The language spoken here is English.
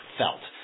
felt